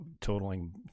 totaling